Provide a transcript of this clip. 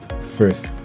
first